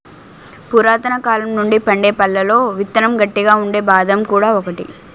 పురాతనకాలం నుండి పండే పళ్లలో విత్తనం గట్టిగా ఉండే బాదం కూడా ఒకటి